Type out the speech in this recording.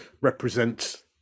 represent